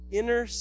inner